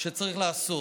שצריך לעשות: